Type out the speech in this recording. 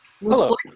Hello